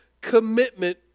commitment